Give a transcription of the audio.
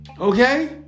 okay